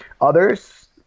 others